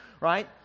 right